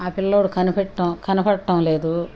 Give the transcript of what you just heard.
ఆ పిల్లవాడు కనపడటం కనపడటం లేదు